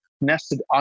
nested